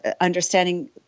understanding